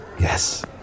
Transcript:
Yes